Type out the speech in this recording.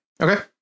Okay